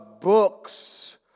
books